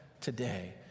today